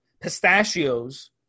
Pistachios